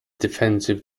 defensive